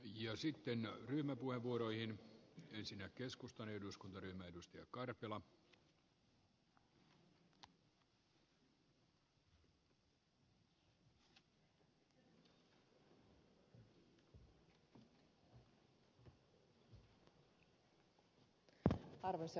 ja sitten ryhmäpuheenvuoroihin ensin ja keskustan eduskuntaryhmän edustaja arvoisa puhemies